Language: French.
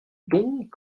donc